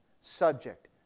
subject